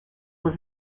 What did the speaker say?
was